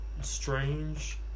strange